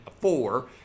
four